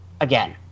again